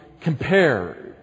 compare